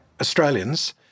Australians